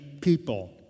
people